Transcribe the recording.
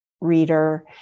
reader